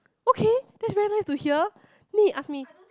okay that is very nice to hear me ask me